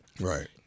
Right